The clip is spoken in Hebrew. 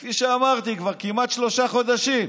כפי שאמרתי, כבר כמעט שלושה חודשים.